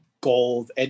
gold